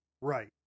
Right